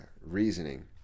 reasoning